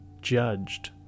judged